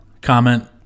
comment